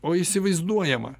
o įsivaizduojamą